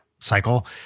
cycle